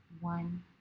one